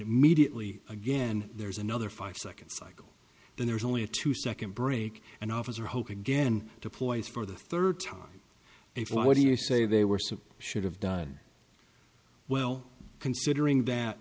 immediately again there's another five second cycle then there's only a two second break and officer hope again deploys for the third time and what do you say they were so should have done well considering that